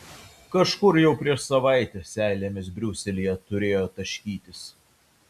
kažkur jau prieš savaitę seilėmis briuselyje turėjo taškytis